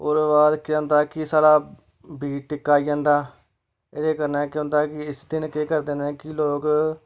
उ'दे बाद केह् होंदा कि साढ़ा बीज टिक्का आई जंदा उ'दे कन्नै केह् होंदा कि इस दिन केह् करदे ने कि लोक